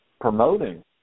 promoting